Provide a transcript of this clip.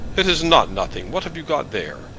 it is not nothing. what have you got there?